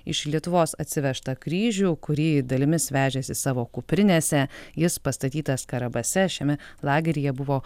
iš lietuvos atsivežtą kryžių kurį dalimis vežėsi savo kuprinėse jis pastatytas karabase šiame lageryje buvo